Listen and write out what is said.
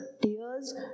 tears